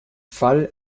fall